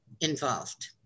involved